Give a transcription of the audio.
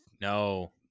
no